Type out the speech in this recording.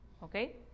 Okay